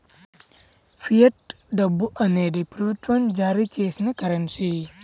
fiat డబ్బు అనేది ప్రభుత్వం జారీ చేసిన కరెన్సీ